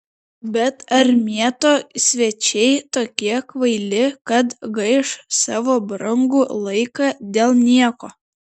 bet ar mieto svečiai tokie kvaili kad gaiš savo brangų laiką dėl nieko